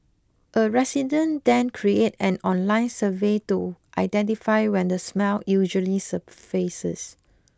a resident then create an online survey to identify when the smell usually surfaces